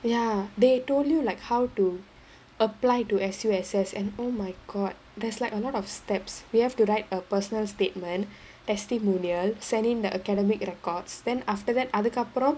ya they told you like how to apply to S_U_S_S and oh my god there's like a lot of steps we have to write a personal statement testimonial send in the academic records then after that அதுக்கப்றம்:athukkapram